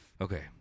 Okay